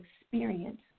experience